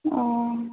ओ